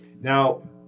now